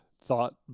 thought